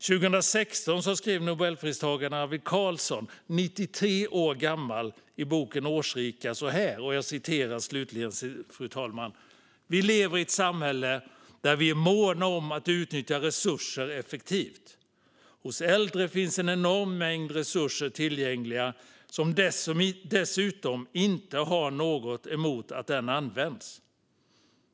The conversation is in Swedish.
År 2016 skrev nobelpristagaren Arvid Carlsson, 93 år gammal, så här i boken Årsrika : "Vi lever i ett samhälle där vi är måna om att utnyttja resurser effektivt. Hos äldre finns en enorm mängd resurser tillgängliga, som dessutom inte har något emot att användas.